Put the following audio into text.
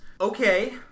Okay